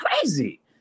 crazy